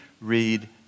read